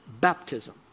baptism